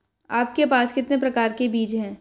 आपके पास कितने प्रकार के बीज हैं?